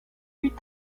fut